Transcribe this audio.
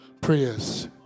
Prayers